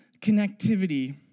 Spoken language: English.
connectivity